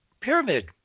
pyramid